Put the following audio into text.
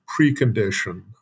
precondition